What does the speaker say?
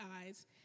eyes